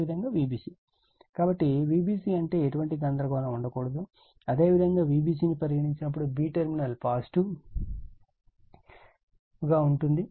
అదేవిధంగా Vbc కాబట్టి Vbc అంటే ఎటువంటి గందరగోళం ఉండకూడదు అదేవిధంగా Vbc ను పరిగణించినప్పుడు b టర్మినల్ పాజిటివ్ గా ఉంటుంది